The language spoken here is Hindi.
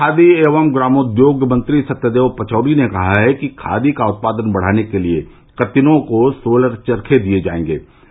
प्रदेष के खादी एवं ग्रामोद्योग मंत्री सत्यदेव पचौरी ने कहा है कि खादी का उत्पादन बढ़ाने के लिए कत्तिनों को सोलर चरखे दिए जायेंगे